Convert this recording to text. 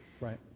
Right